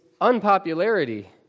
unpopularity